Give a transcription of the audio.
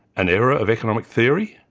an error of economic theory?